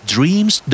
Dreams